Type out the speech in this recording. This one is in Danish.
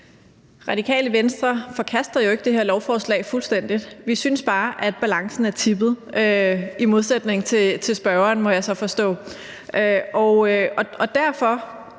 Radikale Venstre forkaster jo ikke det her lovforslag fuldstændigt; vi synes bare, at balancen er tippet – i modsætning til spørgeren, må jeg så forstå. Derfor